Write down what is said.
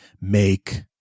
make